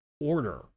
order